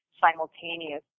simultaneous